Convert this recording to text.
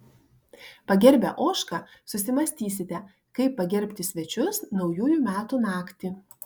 pagerbę ožką susimąstysite kaip pagerbti svečius naujųjų metų naktį